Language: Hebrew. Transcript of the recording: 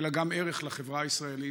אלא גם ערך לחברה הישראלית,